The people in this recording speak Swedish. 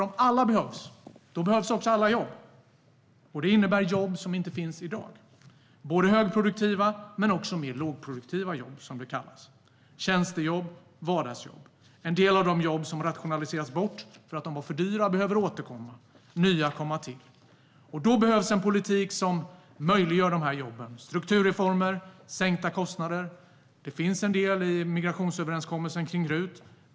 Om alla behövs, då behövs nämligen också alla jobb. Det innebär jobb som inte finns i dag, både högproduktiva och mer lågproduktiva jobb, som de kallas - tjänstejobb och vardagsjobb. En del av de jobb som har rationaliserats bort för att de var för dyra behöver återkomma, och nya behöver komma till. Då behövs en politik som möjliggör dessa jobb. Det handlar om strukturreformer och sänkta kostnader. Det finns en del i migrationsöverenskommelsen kring RUT.